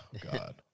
God